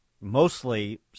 mostly